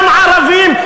גם ערבים,